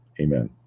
Amen